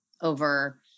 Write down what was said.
Over